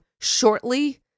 shortly